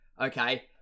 Okay